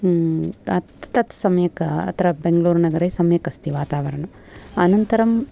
तत् सम्यक् अत्र बेङ्गलूरु नगरे सम्यक् अस्ति वातावरणं अनन्तरम्